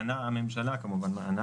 הממשלה כמובן.